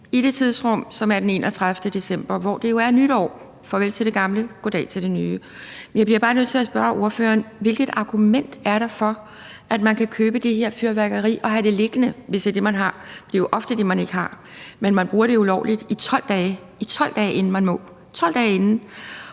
i det tidsrum, som er den 31. december, og hvor det jo er nytår: Farvel til det gamle, goddag til det nye år. Jeg bliver bare nødt til at spørge ordføreren: Hvilket argument er der for, at man skal kunne købe det her fyrværkeri og have det liggende, hvis det er det, man har – og det er jo ofte det, man ikke har, men man bruger det ulovligt i 12 dage, inden man må – i 12 dage, når